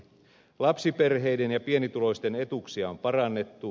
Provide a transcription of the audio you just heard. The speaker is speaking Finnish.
lapsiperheiden ja pienituloisten etuuksia on parannettu